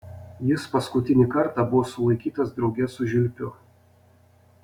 jis paskutinį kartą buvo sulaikytas drauge su žiulpiu